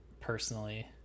personally